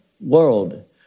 world